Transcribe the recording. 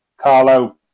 Carlo